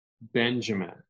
Benjamin